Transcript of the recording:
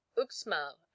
Uxmal